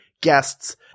guests